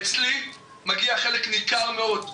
אצלי מגיע חלק ניכר מאוד מהסחורה.